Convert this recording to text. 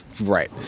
Right